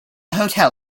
hotel